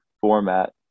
format